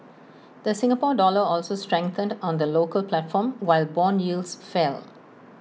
the Singapore dollar also strengthened on the local platform while Bond yields fell